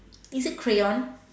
is it crayon